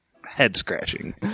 head-scratching